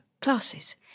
classes